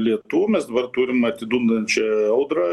lietų mes dabar turim atidundančią audrą